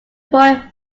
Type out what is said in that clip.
boy